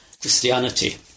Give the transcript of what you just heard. Christianity